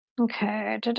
okay